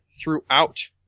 throughout